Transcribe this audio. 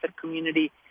community